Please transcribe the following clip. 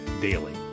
Daily